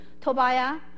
Tobiah